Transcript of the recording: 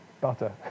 butter